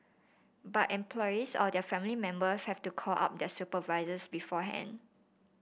but employees or their family member have to call up their supervisors beforehand